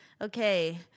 Okay